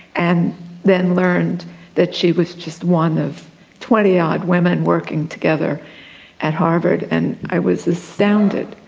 and then learned that she was just one of twenty odd women working together at harvard, and i was astounded,